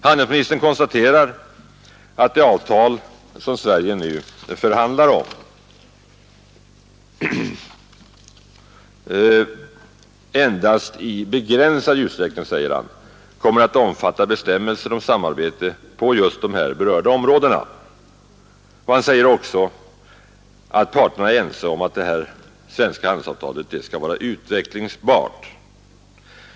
Handelsministern konstaterar att det avtal som Sverige nu förhandlar om ”endast i begränsad utsträckning kommer att omfatta bestämmelser om samarbete på här berörda områden”, och han säger också att parterna är ense om att det här svenska handelsavtalet skall vara utvecklingsbart.